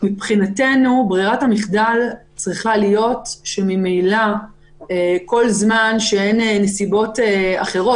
מבחינתנו ברירת המחדל צריכה להיות שכל זמן שאין נסיבות אחרות,